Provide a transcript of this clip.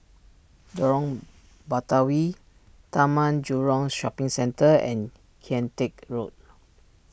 Lorong Batawi Taman Jurong Shopping Centre and Kian Teck Road